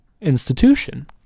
institution